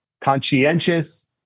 conscientious